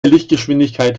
lichtgeschwindigkeit